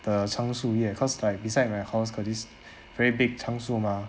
the 苍树叶 cause like beside my house got this very big 苍树 mah